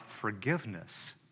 forgiveness